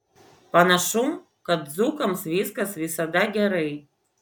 panašu kad dzūkams viskas visada gerai